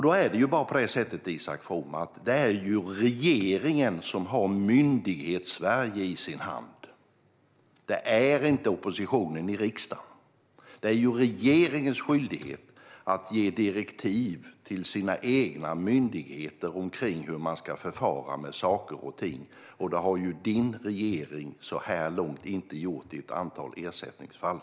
Det är bara så, Isak From, att det är regeringen som har Myndighetssverige i sin hand - det är inte oppositionen i riksdagen. Det är regeringens skyldighet att ge direktiv till sina egna myndigheter kring hur man ska förfara med saker och ting. Det har din regering så här långt inte gjort i ett antal ersättningsfall.